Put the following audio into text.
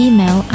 Email